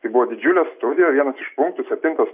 tai buvo didžiulė studija vienas iš punktų septintas